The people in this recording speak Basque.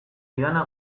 didana